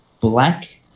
black